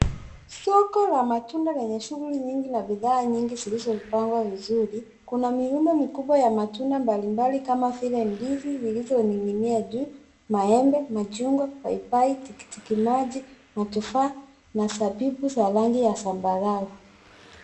Soko la matunda lenye shuguli nyingi na bidhaa nyigi zilizopangwa vizuri, kuna mirundo mikubwa ya matunda mbalimbali kama vile ndizi zilizoning'inia juu, maembe, machungwa, paipai, tikitikimaji matufaa na zabibu za rangi ya zambarau.